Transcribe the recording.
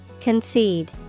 Concede